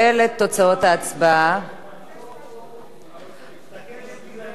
להעביר את הצעת חוק הרשות לפיתוח ירושלים (תיקון מס' 6),